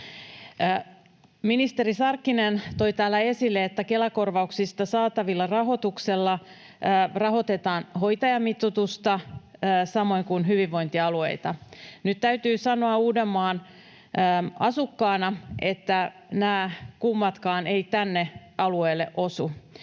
Ministeri Sarkkinen toi täällä esille, että Kela-korvauksista saatavalla rahoituksella rahoitetaan hoitajamitoitusta, samoin kuin hyvinvointialueita. Nyt täytyy sanoa Uudenmaan asukkaana, että nämä kummatkaan eivät tänne alueelle osu.